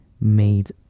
made